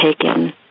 Taken